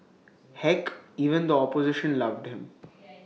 heck even the opposition loved him